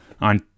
on